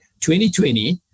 2020